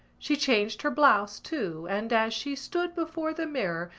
she changed her blouse too and, as she stood before the mirror,